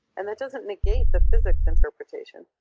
and that doesn't negate the physics interpretation.